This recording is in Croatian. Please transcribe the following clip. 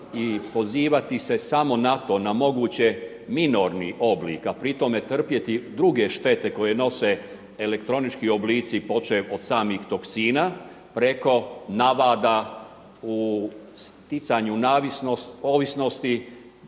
I pozivati se samo na to na moguće minorni oblik a pri tome trpjeti druge štete koje nose elektronički oblici počev od samih toksina preko navada u stjecanju ovisnosti